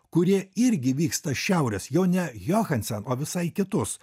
kurie irgi vyksta šiaurės jau ne johansen o visai kitus